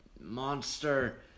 monster